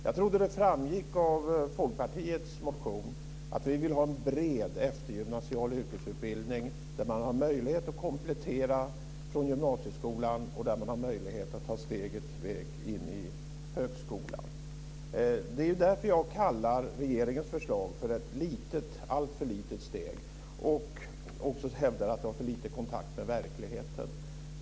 Jag trodde att det framgick av Folkpartiets motion att vi vill ha en bred eftergymnasial yrkesutbildning där man har möjlighet att komplettera från gymnasieskolan och därmed också har möjlighet att ta steget in i högskolan. Det är ju därför jag kallar regeringens förslag för ett litet, alltför litet, steg och också hävdar att det har för lite kontakt med verkligheten.